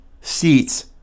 seats